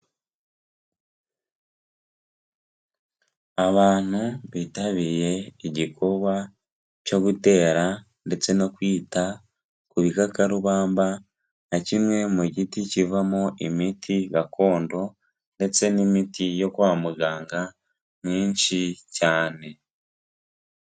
Abantu bitabiriye igikorwa cyo gutera ndetse no kwita ku bikakarubamba nka kimwe mu giti kivamo imiti gakondo ndetse n'imiti yo kwa muganga myinshi cyane.